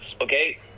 okay